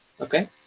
okay